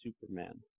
Superman